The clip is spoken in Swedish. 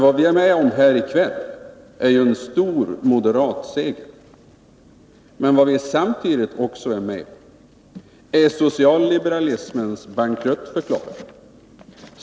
Vad vi är med om här i kväll är ju en stor moderat seger. Men vad vi samtidigt är med om är socialliberalismens bankruttförklaring.